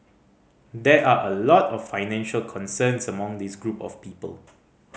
there are a lot of financial concerns among this group of people